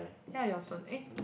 ya your turn eh